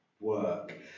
work